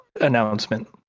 announcement